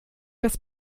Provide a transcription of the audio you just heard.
das